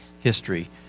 history